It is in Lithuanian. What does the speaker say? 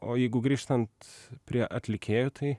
o jeigu grįžtant prie atlikėjų tai